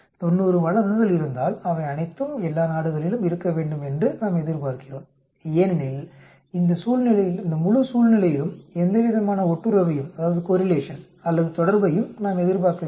எனவே 90 வழக்குகள் இருந்தால் அவை அனைத்தும் எல்லா நாடுகளிலும் இருக்க வேண்டும் என்று நாம் எதிர்பார்க்கிறோம் ஏனெனில் இந்த முழு சூழ்நிலையிலும் எந்தவிதமான ஒட்டுறவையும் அல்லது தொடர்பையும் நாம் எதிர்பார்க்கவில்லை